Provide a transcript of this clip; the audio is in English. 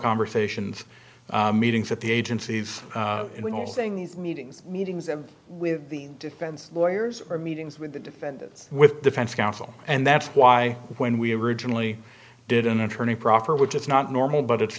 conversations meetings at the agencies are saying these meetings meetings with the defense lawyers or meetings with the defendants with defense counsel and that's why when we originally did an attorney proffer which is not normal but it's